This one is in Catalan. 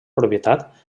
propietat